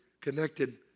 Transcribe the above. connected